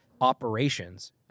operations